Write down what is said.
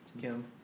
Kim